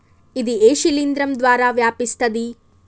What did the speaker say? ఇది ఏ శిలింద్రం ద్వారా వ్యాపిస్తది?